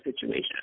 situation